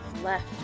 left